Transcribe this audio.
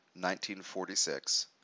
1946